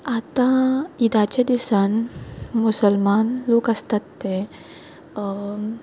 आतां ईदाच्या दिसान मुसलमान लोक आसतात ते